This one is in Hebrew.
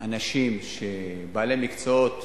אנשים שהם בעלי מקצועות